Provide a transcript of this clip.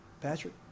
Patrick